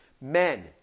men